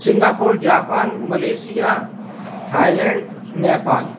Singapore Japan Malaysia Thailand Nepal